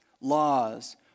laws